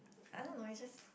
I don't know it's just